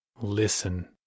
Listen